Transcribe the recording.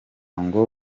ngo